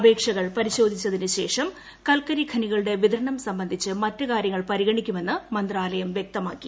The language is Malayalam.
അപേക്ഷകൾ പരിശോധിച്ചതിനുശേഷം കൽക്കരി ഖനികളുടെ വിതരണം സംബന്ധിച്ച് മറ്റ് കാര്യങ്ങൾ പരിഗണിക്കുമെന്നും മന്ത്രാലയം വ്യക്തമാക്കി